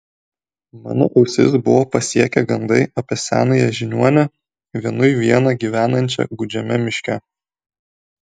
mano ausis buvo pasiekę gandai apie senąją žiniuonę vienui vieną gyvenančią gūdžiame miške